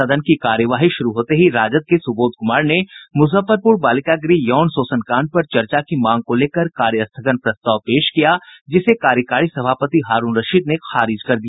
सदन की कार्यवाही शुरू होते ही राजद के सुबोध कुमार ने मुजफ्फरपुर बालिका गृह यौन शोषण कांड पर चर्चा की मांग को लेकर कार्य स्थगन प्रस्ताव पेश किया जिसे कार्यकारी सभापति हारूण रशीद ने खारिज कर दिया